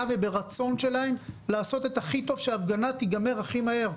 וברצון שלהם לעשות את הכי טוב שההפגנה תיגמר הכי מהר.